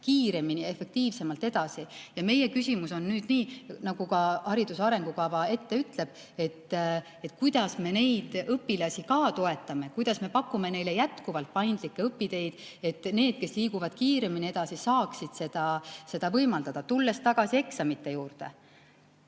kiiremini ja efektiivsemalt edasi. Ja meie küsimus on nüüd, nii nagu ka hariduse arengukava ette ütleb, kuidas me neid õpilasi toetame, kuidas me pakume neile jätkuvalt paindlikke õpiteid, et need, kes liiguvad kiiremini edasi, saaksid seda teha. Tulen tagasi eksamite juurde.